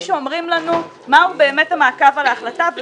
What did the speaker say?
שאומרים לנו מהו באמת המעקב על ההחלטה.